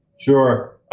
sure.